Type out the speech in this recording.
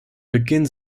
beginn